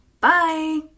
Bye